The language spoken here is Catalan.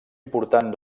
important